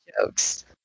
jokes